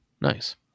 Nice